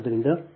ಆದ್ದರಿಂದ ಈ 0